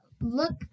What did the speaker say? Look